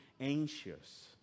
anxious